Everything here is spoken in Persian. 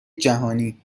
جهانی